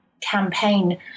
campaign